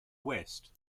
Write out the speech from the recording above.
west